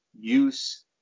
use